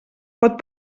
pot